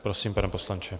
Prosím, pane poslanče.